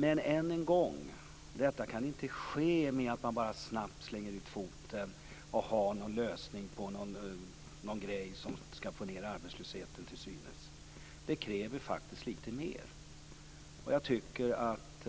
Men än en gång: Detta kan inte ske med att man bara snabbt slänger ut foten och har någon lösning som till synes skall få ned arbetslösheten. Det krävs faktiskt lite mer. Jag tycker att